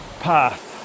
path